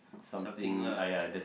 something lah